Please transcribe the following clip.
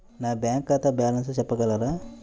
నా బ్యాంక్ ఖాతా బ్యాలెన్స్ చెప్పగలరా?